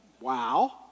wow